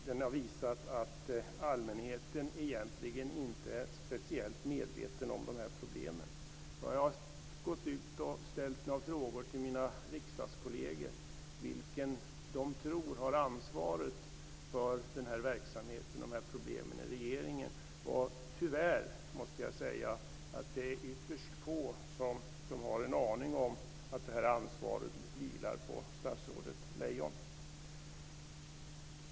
Den visar att allmänheten inte är speciellt medveten om dessa problem. Jag har ställt frågan till mina riksdagskolleger vilken de tror har ansvaret för denna verksamhet och dessa problem i regeringen. Tyvärr är det ytterst få som har en aning om att ansvaret vilar på statsrådet Lejon.